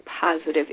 positive